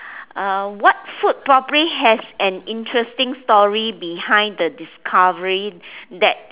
uh what food probably has an interesting story behind the discovery that